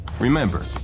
Remember